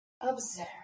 Observe